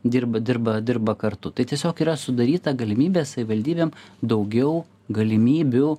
dirba dirba dirba kartu tai tiesiog yra sudaryta galimybė savivaldybėm daugiau galimybių